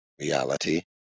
reality